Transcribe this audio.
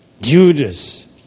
Judas